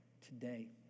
today